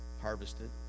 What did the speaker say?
harvested